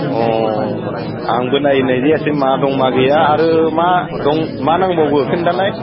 अ आंबो नायनाय जायासै मा दं मा गैया आरो मा दं मां नांबावगौ बेखौ खिन्थानाय